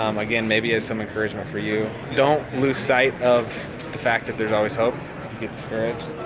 um again, maybe it's some encouragement for you. don't lose sight of the fact that there's always hope, if you get discouraged.